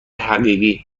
حقیقی